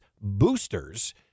boosters